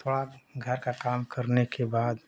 थोड़ा घर का काम करने के बाद